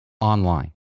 online